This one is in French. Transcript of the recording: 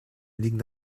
ligue